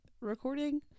recording